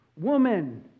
woman